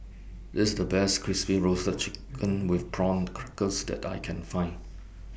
This The Best Crispy Roasted Chicken with Prawn Crackers that I Can Find